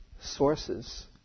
sources